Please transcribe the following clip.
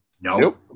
No